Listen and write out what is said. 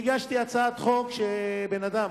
הגשתי הצעת חוק שאדם